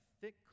thick